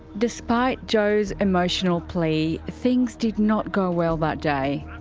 despite joe's emotional plea, things did not go well that day.